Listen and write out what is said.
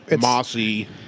mossy